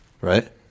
Right